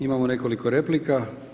Imamo nekoliko replika.